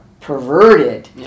perverted